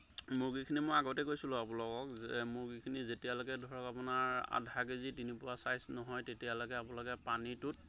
মুৰ্গীখিনি মই আগতেই কৈছিলোঁ আপোনালোকক যে মুৰ্গীখিনি যেতিয়ালৈকে ধৰক আপোনাৰ আধা কেজি তিনি পোৱা ছাইজ নহয় তেতিয়ালৈকে আপোনালোকে পানীটোত